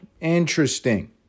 interesting